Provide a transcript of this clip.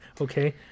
okay